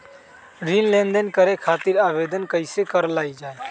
ऋण लेनदेन करे खातीर आवेदन कइसे करल जाई?